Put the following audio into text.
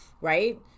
Right